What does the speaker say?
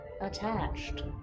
attached